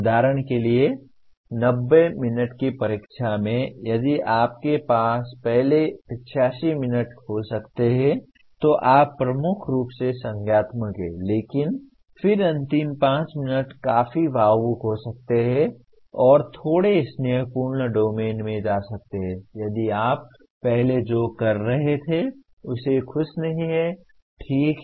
उदाहरण के लिए 90 मिनट की परीक्षा में यदि आपके पास पहले 85 मिनट हो सकते हैं तो आप प्रमुख रूप से संज्ञानात्मक हैं लेकिन फिर अंतिम 5 मिनट काफी भावुक हो सकते हैं और थोड़े स्नेहपूर्ण डोमेन में जा सकते हैं यदि आप पहले जो कर रहे थे उससे खुश नहीं हैं ठीक है